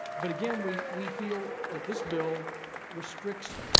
but again, we we feel that this bill restricts